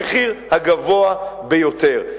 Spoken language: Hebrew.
המחיר הגבוה ביותר.